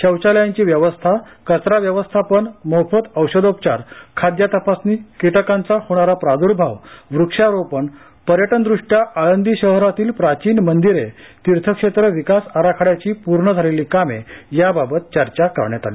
शौचालयांची व्यवस्था कचरा व्यवस्थापन मोफत औषधोपचार खाद्य तपासणी किटकांचा होणारा प्रादुर्भाव वृक्षारोपण पर्यटनदृष्ट्या आळंदी शहरातील प्राचीन मंदिरे तीर्थक्षेत्र विकास आराखड्याची पूर्ण झालेली कामे याबाबत चर्चा करण्यात आली